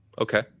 okay